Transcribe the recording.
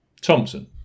Thompson